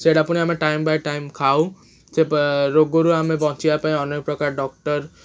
ସେଇଟା ପୁଣି ଆମେ ଟାଇମ୍ ବାଏ ଟାଇମ୍ ଖାଉ ସେ ରୋଗରୁ ଆମେ ବଞ୍ଚିବା ପାଇଁ ଅନେକପ୍ରକାର ଡକ୍ଟର